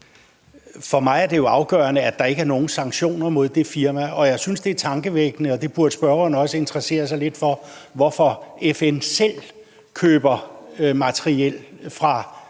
For mig er det jo afgørende, at der ikke er nogen sanktioner mod det firma, og jeg synes, det er tankevækkende – og det burde spørgeren også interessere sig lidt for – at FN selv køber materiel fra den